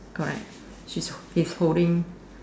correct she's he's holding